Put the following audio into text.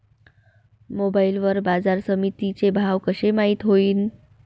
Mobile वर बाजारसमिती चे भाव कशे माईत होईन?